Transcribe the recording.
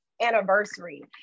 anniversary